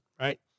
right